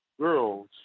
girls